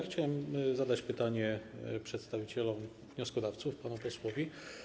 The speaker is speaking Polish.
Chciałbym zadać pytanie przedstawicielom wnioskodawców, panu posłowi.